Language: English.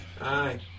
Aye